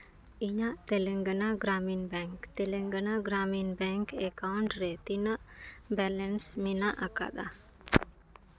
ᱤᱧᱟᱹᱜ Telangana Gramin bank Telangana Gramin bank account ᱨᱮ ᱛᱤᱱᱟᱹᱜ ᱵᱮᱞᱮᱱᱥ ᱢᱮᱱᱟᱜ ᱟᱠᱟᱫᱼᱟ